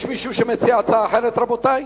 יש מישהו שמציע הצעה אחרת, רבותי?